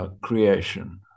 creation